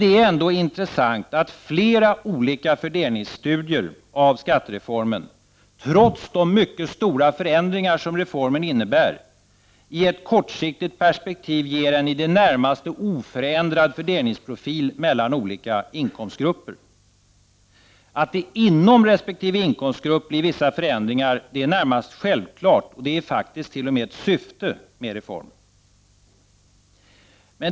Det är ändå intressant att flera olika fördelningsstudier av skattereformen, trots de stora förändringarna som den innebär, i ett kortsiktigt perspektiv ger en i det närmaste oförändrad fördelningsprofil mellan olika inkomstgrupper. Att det inom resp. inkomstgrupp blir vissa förändringar är närmast självklart, det är faktiskt t.o.m. syftet med reformen.